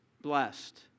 blessed